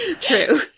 true